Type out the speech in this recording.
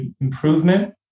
improvement